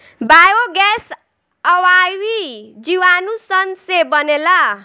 biogas अवायवीय जीवाणु सन से बनेला